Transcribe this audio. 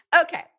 Okay